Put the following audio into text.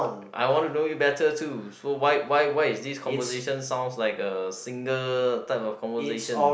I want to know you better too so why why why is this conversation sounds like a single type of conversation